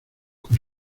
con